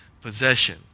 possession